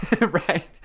Right